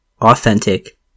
authentic